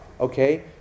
okay